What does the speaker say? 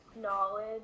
knowledge